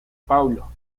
paulo